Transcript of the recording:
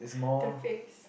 the face